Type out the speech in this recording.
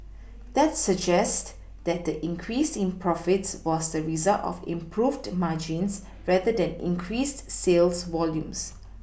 that suggest that the increase in profits was the result of improved margins rather than increased sales volumes